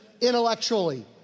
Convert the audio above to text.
intellectually